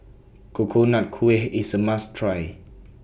Coconut Kuih IS A must Try